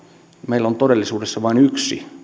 meillä on todellisuudessa koko maassa vain yksi